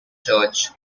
church